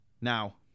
Now